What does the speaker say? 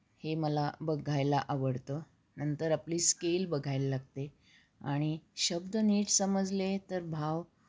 हे मला बघायला आवडतं नंतर आपली स्केल बघायला लागते आणि शब्द नीट समजले तर भाव